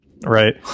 right